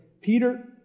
Peter